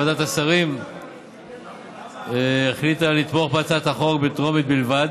ועדת השרים החליטה לתמוך בהצעת החוק בטרומית בלבד,